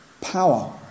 power